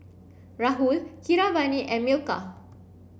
Rahul Keeravani and Milkha